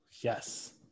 yes